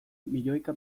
milioika